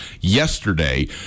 yesterday